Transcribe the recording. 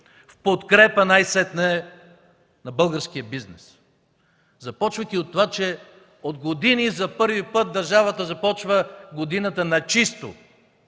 в подкрепа най-сетне на българския бизнес, започвайки от това, че от години за първи път държавата започна годината на чисто,